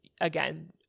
again